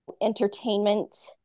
entertainment